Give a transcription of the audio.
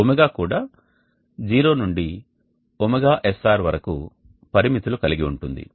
ω కూడా 0 నుండి ωSR వరకు పరిమితులు కలిగి ఉంటుంది